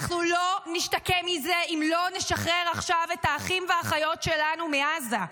אנחנו לא נשתקם מזה אם לא נשחרר עכשיו את האחים והאחיות שלנו מעזה.